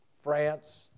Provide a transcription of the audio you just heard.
France